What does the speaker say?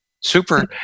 Super